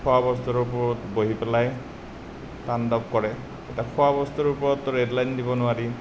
খোৱা বস্তুৰ ওপৰত বহি পেলাই তাণ্ডৱ কৰে এতিয়া খোৱা বস্তুৰ ওপৰতটো ৰেড লাইন দিব নোৱাৰি